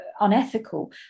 unethical